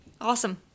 Awesome